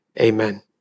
Amen